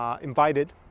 invited